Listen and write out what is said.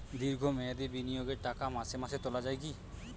দীর্ঘ মেয়াদি বিনিয়োগের টাকা মাসে মাসে তোলা যায় কি?